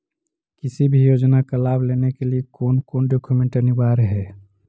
किसी भी योजना का लाभ लेने के लिए कोन कोन डॉक्यूमेंट अनिवार्य है?